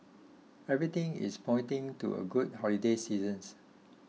everything is pointing to a good holiday seasons